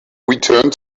returned